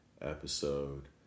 episode